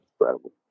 incredible